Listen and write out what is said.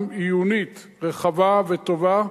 גם עיונית רחבה וטובה,